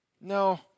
No